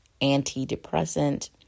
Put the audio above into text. antidepressant